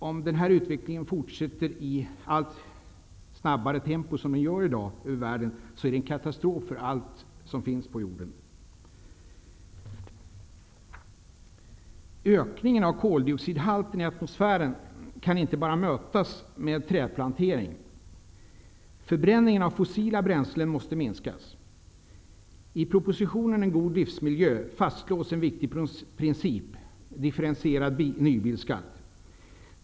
Om den här utvecklingen fortsätter i allt snabbare tempo, som den gör i dag världen över, innebär det en katastrof för allt som finns på jorden. Ökningen av koldioxidhalten i atmosfären kan inte bara mötas med trädplantering. Förbränningen av fossila bränslen måste minskas. I propositionen ''En god livsmiljö'' fastslås en viktig princip -- differentierad nybilsskatt.